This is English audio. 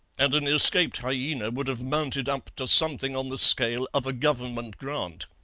and an escaped hyaena would have mounted up to something on the scale of a government grant.